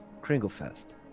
Kringlefest